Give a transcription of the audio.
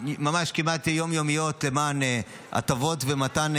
ממש כמעט יום-יומיות, למען הטבות ומתן,